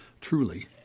truly